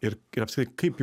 ir ir apskritai kaip